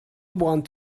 want